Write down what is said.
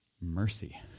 mercy